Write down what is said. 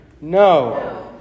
No